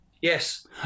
Yes